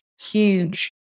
huge